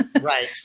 Right